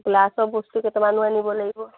গ্লাছৰ বস্তু কেইটামানো আনিব লাগিব